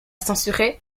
censurés